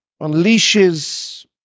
unleashes